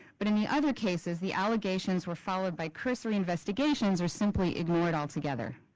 but in the other cases, the allegations were followed by cursory investigations or simply ignored all together.